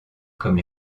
comme